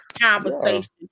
conversation